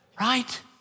Right